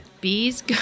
Bees